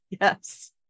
yes